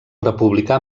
republicà